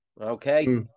okay